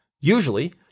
Usually